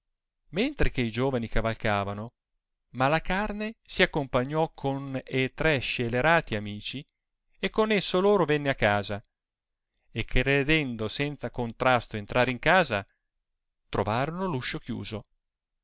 mentre che i giovani cavalcavano malacarne si accompagnò con e tre scelerati amici e con esso loro venne a casa e credendo senza contrasto entrar in casa trovarono l'uscio chiuso